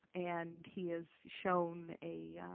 and he has shown a,